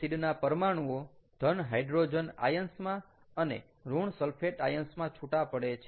એસિડના પરમાણુઓ ધન હાઈડ્રોજન આયન્સમાં અને ઋણ સલ્ફેટ આયન્સમાં છુટા પડે છે